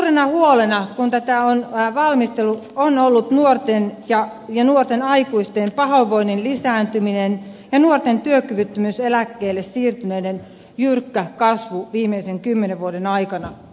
suurena huolena kun tätä on valmisteltu on ollut nuorten ja nuorten aikuisten pahoinvoinnin lisääntyminen ja nuorten työkyvyttömyyseläkkeelle siirtyneiden määrän jyrkkä kasvu viimeisten kymmenen vuoden aikana